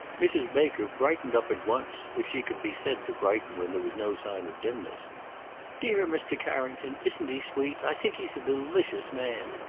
mrs. baker brightened up at once, if she could be said to brighten where there was no sign of dimness dear mr. carrington! isn't he sweet? i think he's a delicious man.